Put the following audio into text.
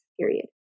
period